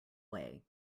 way